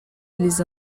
eles